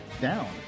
down